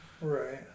Right